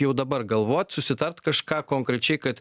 jau dabar galvot susitart kažką konkrečiai kad